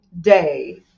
day